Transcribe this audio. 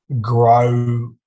grow